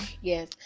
Yes